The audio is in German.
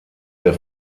der